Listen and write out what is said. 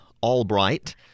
Albright